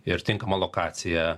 ir tinkama lokacija